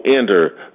enter